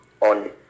on